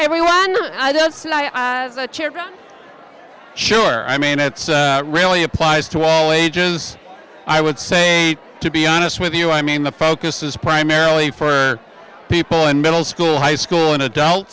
everyone has a chip sure i mean it's really applies to all ages i would say to be honest with you i mean the focus is primarily for people in middle school high school and